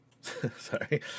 Sorry